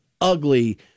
ugly